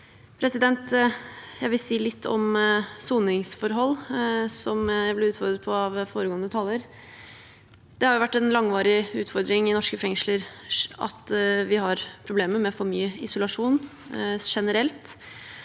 av saken. Jeg vil si litt om soningsforhold, som jeg ble utfordret til av foregående taler. Det har vært en langvarig utfordring i norske fengsler at vi har problemer med for mye isolasjon generelt,